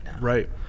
right